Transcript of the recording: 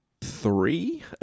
three